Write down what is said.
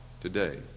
today